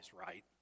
right